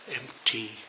Empty